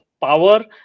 power